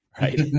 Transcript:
right